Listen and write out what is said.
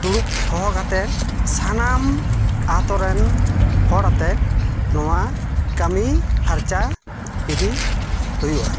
ᱫᱩᱲᱩᱵ ᱦᱚᱦᱚ ᱠᱟᱛᱮᱫ ᱥᱟᱱᱟᱢ ᱟᱛᱳ ᱨᱮᱱ ᱦᱚᱲ ᱟᱛᱮᱫ ᱱᱚᱶᱟ ᱠᱟᱹᱢᱤ ᱯᱷᱟᱨᱪᱟ ᱤᱫᱤᱭ ᱦᱩᱭᱩᱜᱼᱟ